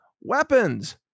weapons